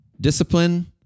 discipline